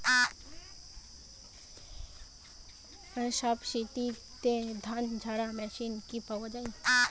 সাবসিডিতে ধানঝাড়া মেশিন কি পাওয়া য়ায়?